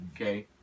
Okay